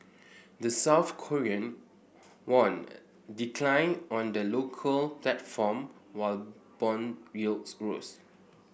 the South Korean won declined on the local platform while bond yields rose